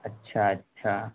اچھا اچھا